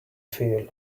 feel